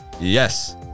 Yes